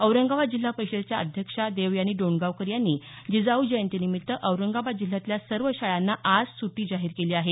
औरंगाबाद जिल्हा परिषदेच्या अध्यक्षा देवयानी डोणगांवकर यांनी जिजाऊ जयंती निमित्त औरंगाबाद जिल्ह्यातल्या सर्व शाळांना आज सुटी जाहीर केली आहे